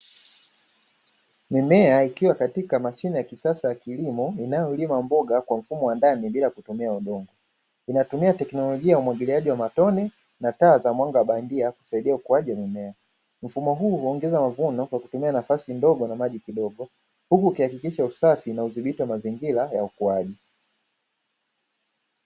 Mimea ikiwa katika mashine ya kisasa ya kilimo inayolima mboga kwa mfumo wa ndani bila kutumia udongo, inatumia teknolojia umwagiliaji wa matone na taa za mwanga wa bandia kusaidia ukuaji wa mimea. Mfumo huu huongeza mavuno kwa kutumia nafasi ndogo na maji kidogo huku ukihakikisha usafi na udhibiti wa mazingira ya ukuaji.